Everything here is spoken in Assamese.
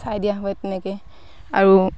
চাই দিয়া হয় তেনেকৈ আৰু